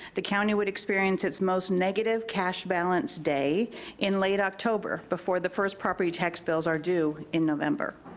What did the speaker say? the county would experience its most negative cash balance day in late october, before the first property tax bills are due in november.